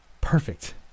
Perfect